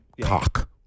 cock